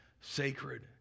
sacred